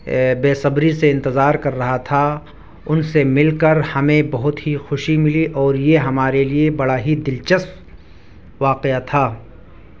بےصبری سے انتظار کر رہا تھا ان سے مل کر ہمیں بہت ہی خوشی ملی اور یہ ہمارے لیے بڑا ہی دلچسپ واقعہ تھا